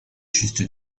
juste